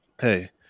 hey